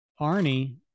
Arnie